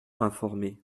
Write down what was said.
informés